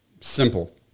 Simple